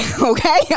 Okay